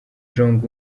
jong